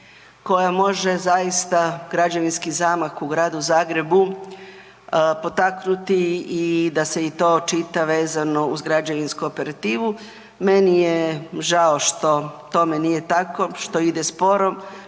koja može zaista građevinski zamah u Gradu Zagrebu potaknuti i da se i to očita vezano uz građevinsku operativu. Meni je žao što tome nije tako, što ide sporo,